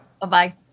Bye-bye